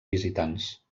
visitants